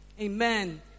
Amen